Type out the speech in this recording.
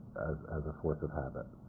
as as a force of habit.